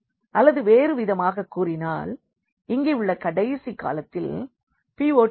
அல்லது வேறுவிதமாக கூறினால் இங்கே உள்ள கடைசி காலத்தில் பிவோட் இல்லை